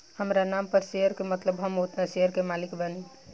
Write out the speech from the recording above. हामरा नाम पर शेयर के मतलब हम ओतना शेयर के मालिक बानी